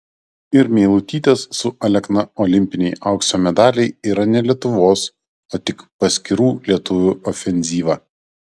ir meilutytės su alekna olimpiniai aukso medaliai yra ne lietuvos o tik paskirų lietuvių ofenzyva